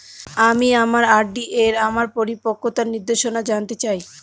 আমি আমার আর.ডি এর আমার পরিপক্কতার নির্দেশনা জানতে চাই